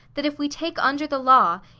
that if we take under the law,